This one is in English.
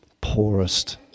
poorest